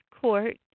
Court